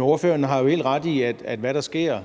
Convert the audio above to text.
Ordføreren har jo helt ret i, at hvad der sker